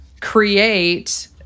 create